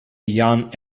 young